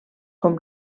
com